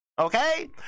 okay